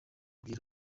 kugera